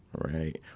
right